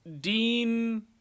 Dean